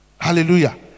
hallelujah